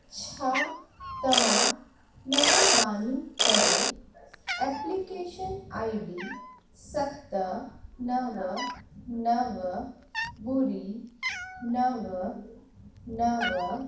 छा तव्हां महिरबानी करे एप्लीकेशन आई डी सत नव नव ॿुड़ी नव नव